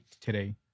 today